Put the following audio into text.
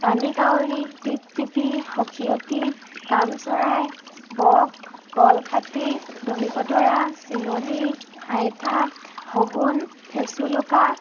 পানী কাউৰী টিপটিপি সখীয়তি কামচৰাই বক কলখাতি দহিকতৰা চিলনি হাইঠা শগুণ ফেচুলুকা